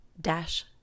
dash